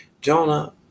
Jonah